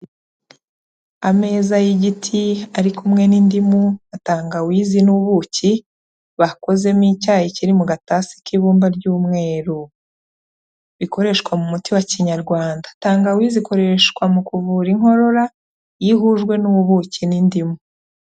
Ameza y'igiti ari kumwe n'indimu na tangawizi n'ubuki bakozemo icyayi kiri mu gatasi k'ibumba ry'umweru bikoreshwa mu muti wa kinyarwanda, tangawizi ikoreshwa mu kuvura inkorora iyo ihujwe n'ubuki n'indimu.